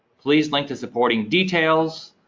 please link to supporting details,